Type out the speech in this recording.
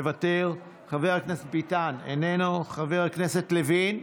מוותר, חבר הכנסת ביטן, איננו, חבר הכנסת לוין,